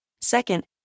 Second